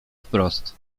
wprost